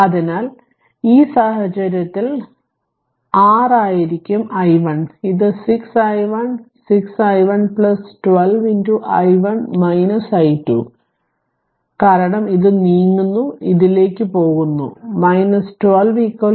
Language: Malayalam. അതിനാൽ ഈ സാഹചര്യത്തിൽ ഇത് 6 ഇതായിരിക്കും i1 ഇത് 6 i1 6 i1 12 i1 i2 ഇത് കാരണം ഇത് നീങ്ങുന്നു ഇതിലേക്ക് പോകുന്നു 12 0